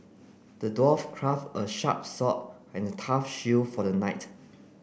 the dwarf crafted a sharp sword and a tough shield for the knight